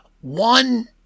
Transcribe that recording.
One